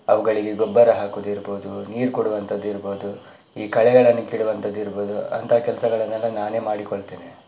ಅವುಗಳಿಗೆ ಗೊಬ್ಬರ ಹಾಕುವುದಿರ್ಬಹುದು ನೀರು ಕೊಡುವಂಥದ್ದಿರ್ಬಹುದು ಈ ಕಳೆಗಳನ್ನು ಕೀಳುವಂಥದ್ದಿರ್ಬಹುದು ಅಂಥ ಕೆಲಸಗಳನ್ನೆಲ್ಲ ನಾನೇ ಮಾಡಿಕೊಳ್ತೇನೆ